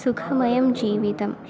सुखमयं जीवितम्